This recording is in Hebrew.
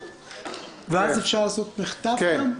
ואז אפשר לעשות מחטף גם?